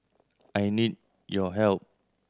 I need your help